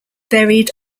buried